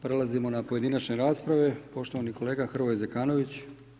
Prelazimo na pojedinačne rasprave, poštovani kolega Hrvoje Zekanović.